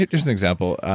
just an example.